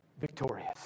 victorious